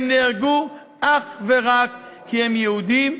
הם נהרגו אך ורק כי הם יהודים,